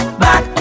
back